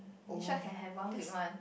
Nisha can have one week one